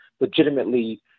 legitimately